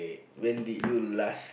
when you did you last